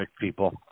people